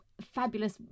fabulous